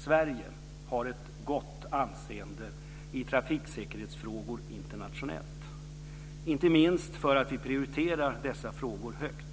Sverige har ett gott internationellt anseende i trafiksäkerhetsfrågor. Inte minst för att vi prioriterar dessa frågor högt.